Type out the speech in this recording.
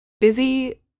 Busy